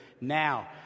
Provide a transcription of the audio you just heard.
now